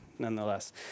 nonetheless